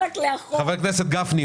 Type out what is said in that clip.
חבר הכנסת גפני,